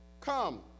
come